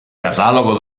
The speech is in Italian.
catalogo